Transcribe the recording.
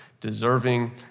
deserving